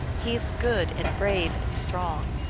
he is good and brave and strong.